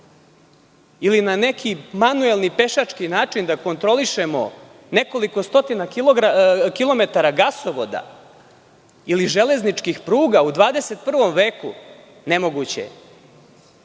ili na neki manuelni, pešački način da kontrolišemo nekoliko stotina kilometara gasovoda ili železničkih pruga u 21. veku? Nemoguće